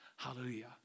Hallelujah